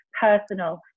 personal